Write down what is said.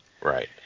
Right